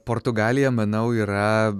portugalija manau yra